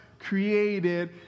created